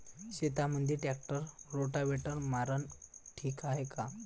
शेतामंदी tractor rotavator मारनं ठीक हाये का?